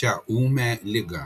šią ūmią ligą